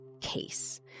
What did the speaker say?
case